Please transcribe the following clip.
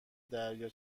دریا